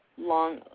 long